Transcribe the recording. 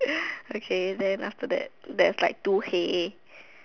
okay then after that there's like two hay